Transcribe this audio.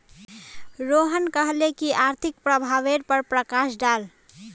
रोहन कहले की आर्थिक प्रभावेर पर प्रकाश डाल